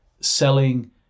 selling